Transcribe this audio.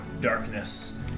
darkness